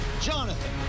Jonathan